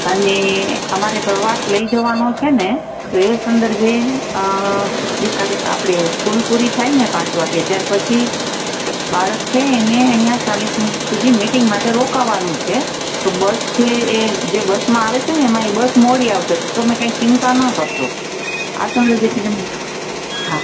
અને અમારે પ્રવાસ લઈ જવાનો છે ને એ સંદર્ભે કાર્ય આપડે સ્કૂલ પૂરી થાયને પાંચ વાગે તેરપછી બાળક છે એને અહિયાં ચાલીસ મિનિટ સુધી મિટિંગ માટે રોકવ્વાણું છે તો બસ છે એ જે બસમાં આવે છે ને એમાં એ બસ મોદી આવશે તો તમે ચિંતા નો કરતાં આ સંદર્ભે હાં